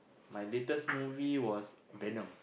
my latest movie was Venom